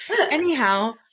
Anyhow